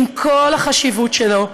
עם כל החשיבות שלו,